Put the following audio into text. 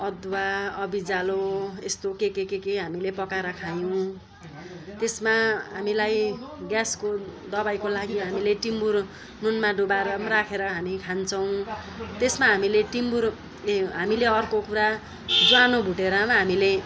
अदुवा अबिजालो यस्तो के के के हामीले पकाएर खायौँ त्यसमा हामीलाई ग्यासको दबाईको लागि हामीले टिम्बुर नुनमा डुबाएर पनि राखेर हामी खान्छौँ त्यसमा हामीले टिम्बुर ए हामीले अर्को कुरा ज्वानो भुटेर पनि हामीले